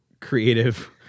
creative